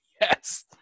Yes